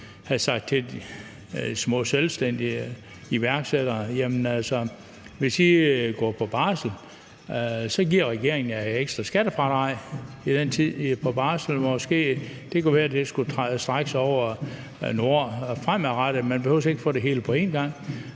sagt til de små selvstændige iværksættere: Hvis I går på barsel, giver regeringen jer et ekstra skattefradrag i den tid, I er på barsel. Det kunne være, at det skulle strække sig over nogle år fremadrettet – at man ikke behøvede at få det hele på én gang.